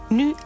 nu